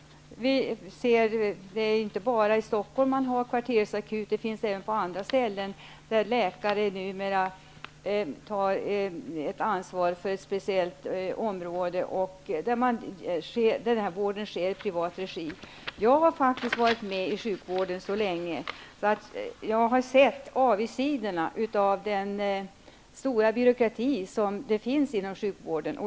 Det är inte bara i Stockholm som det finns kvartersakuter, det finns även på andra ställen. Där tar läkare ansvar för ett speciellt område, och vården sker i privat regi. Jag har faktiskt varit med i sjukvården så länge att jag har sett avigsidorna av den stora byråkrati som finns i sjukvården.